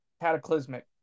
cataclysmic